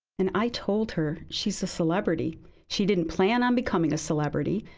and i told her she's a celebrity she didn't plan on becoming a celebrity,